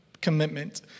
commitment